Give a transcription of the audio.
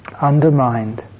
undermined